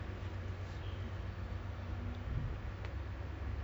for for mine it's just uh kat rumah jer